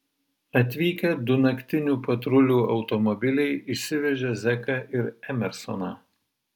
atvykę du naktinių patrulių automobiliai išsivežė zeką ir emersoną